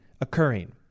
occurring